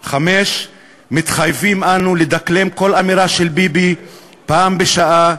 5. מתחייבים אנו לדקלם כל אמירה של ביבי פעם בשעה,